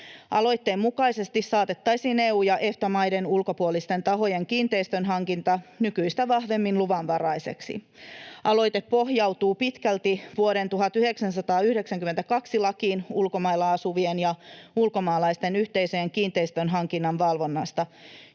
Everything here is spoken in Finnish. Aloitteen mukaisesti saatettaisiin EU- ja EFTA-maiden ulkopuolisten tahojen kiinteistönhankinta nykyistä vahvemmin luvanvaraiseksi. Aloite pohjautuu pitkälti vuoden 1992 lakiin ulkomailla asuvien ja ulkomaalaisten yhteisöjen kiinteistönhankinnan valvonnasta,